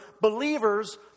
believers